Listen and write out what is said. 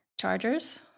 Chargers